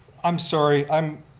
i'm sorry, i'm